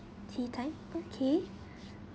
tea time okay